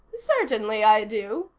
certainly i do,